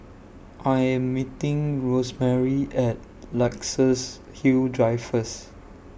I Am meeting Rosemarie At Luxus Hill Drive First